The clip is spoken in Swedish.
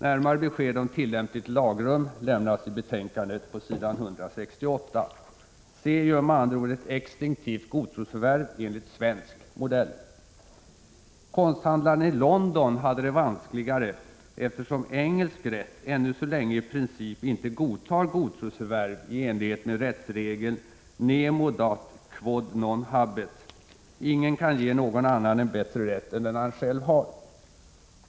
Närmare besked om tillämpligt lagrum lämnas i betänkandet på s. 168. C gör med andra ord ett exstinktivt godtrosförvärv enligt svensk modell. Konsthandlaren i London hade det vanskligare, eftersom engelsk rätt ännu så länge i princip inte godtar godtrosförvärv i enlighet med rättsregeln ”nemo dat quod non habet” —- ingen kan ge någon annan en bättre rätt än den han själv har.